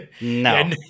no